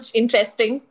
interesting